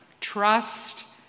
trust